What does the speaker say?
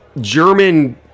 German